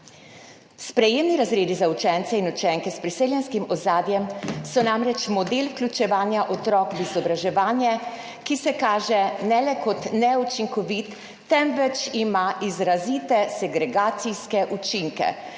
Sprejemni razredi za učence in učenke s priseljenskim ozadjem so namreč model vključevanja otrok v izobraževanje, ki se kaže ne le kot neučinkovit, temveč ima izrazite segregacijske učinke,